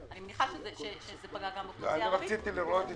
אני מניחה שזה פגע גם באוכלוסייה הערבית.